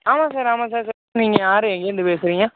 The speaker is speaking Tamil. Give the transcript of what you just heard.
ஆமாம் சார் ஆமாம் சார் நீங்கள் யார் எங்கேயிருந்து பேசுகிறிங்க